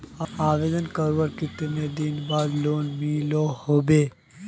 आवेदन करवार कते दिन बाद लोन मिलोहो होबे?